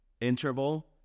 interval